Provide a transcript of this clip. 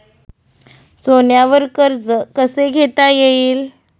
सोन्यावर कर्ज कसे घेता येईल?